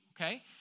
okay